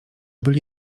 byli